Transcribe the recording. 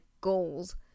goals